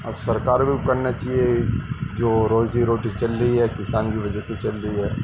اور سرکار کو بھی کرنا چاہیے جو روزی روٹی چل رہی ہے کسان کی وجہ سے چل رہی ہے